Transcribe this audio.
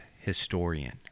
historian